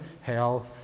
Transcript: hell